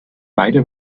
beide